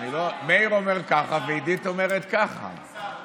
מאיר אומר ככה ועידית אומרת ככה.